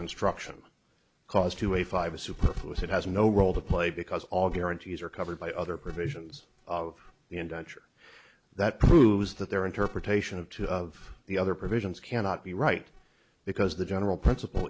construction cost to a five a superfluous it has no role to play because all guarantees are covered by other provisions of the indenture that proves that their interpretation of two of the other provisions cannot be right because the general principle